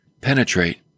penetrate